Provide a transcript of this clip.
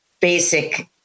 basic